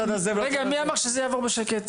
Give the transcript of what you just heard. רגע, מי אמר שזה יעבור בשקט?